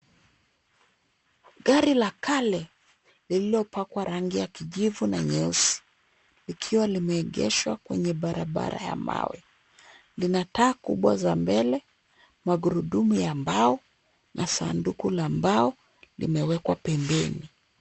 Gari la kale, lililopakwa rangi ya kijivu na nyeusi. Likiwa limgeshwa kwenye barabara ya mawe. Lina taa kubwa za mbele, magurudumu ya mbao, na sanduku la mbao, limewekwa pembeni.